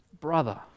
Brother